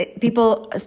people